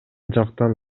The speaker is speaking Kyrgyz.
жактан